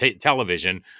television